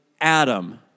Adam